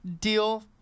deal